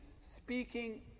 speaking